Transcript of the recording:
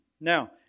Now